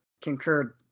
concurred